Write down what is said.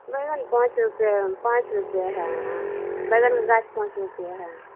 बैगन पाँच रुपये पाँच रुपये हइ बैगनके गाछ पाँच रुपये हइ